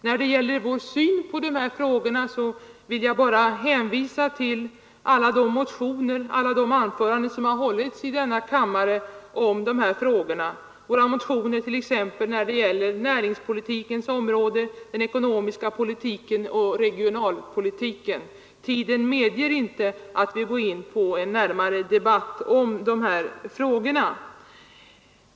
Vad beträffar vår syn på frågorna vill jag bara hänvisa till alla de motioner och anföranden som har hållits i denna kammare om dem, t.ex. våra motioner på näringspolitikens område, motioner om den ekonomiska politiken och regionalpolitiken. Tiden medger inte att vi går in på en närmare debatt av dessa frågor.